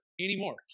anymore